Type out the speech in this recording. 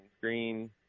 green